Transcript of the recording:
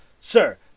sir